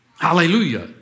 Hallelujah